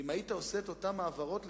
אם היית עושה את אותן העברות,